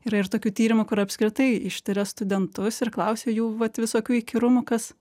yra ir tokių tyrimų kur apskritai ištiria studentus ir klausia jų vat visokių įkyrumų kas